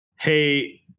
hey